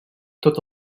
tot